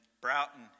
Broughton